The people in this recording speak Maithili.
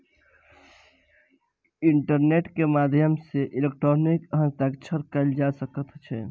इंटरनेट के माध्यम सॅ इलेक्ट्रॉनिक हस्तांतरण कयल जा सकै छै